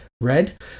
red